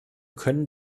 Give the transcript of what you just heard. können